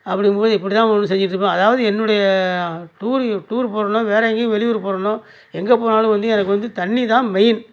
அப்படிங்கம் போது இப்படிதான் ஒன்று ஒன்று செஞ்சிட்டிருப்பேன் அதாவது என்னுடைய டூர் டூர் போகிறேனோ வேறே எங்கேயும் வெளியூர் போகிறேனோ எங்கே போனாலும் வந்து எனக்கு வந்து தண்ணீர் தான் மெயின்